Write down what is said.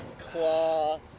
claw